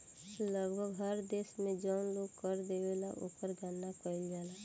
लगभग हर देश में जौन लोग कर देवेला ओकर गणना कईल जाला